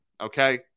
Okay